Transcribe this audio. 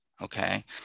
Okay